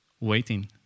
waiting